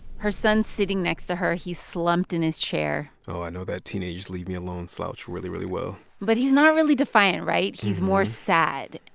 her son's sitting next to her. he's slumped in his chair oh, i know that teenage leave-me-alone slouch really, really well but he's not really defiant. right? he's more sad.